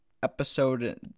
Episode